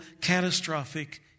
catastrophic